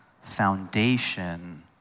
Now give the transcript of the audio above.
foundation